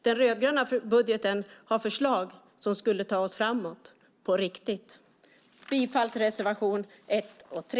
Den rödgröna budgeten har förslag som skulle ta oss framåt. Jag yrkar bifall till reservationerna 1 och 3.